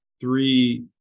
three